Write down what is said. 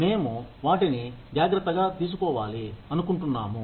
మేము వాటిని జాగ్రత్తగా తీసుకోవాలి అనుకుంటున్నాము